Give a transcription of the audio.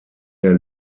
der